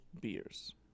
beers